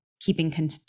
keeping